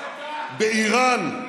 באיראן.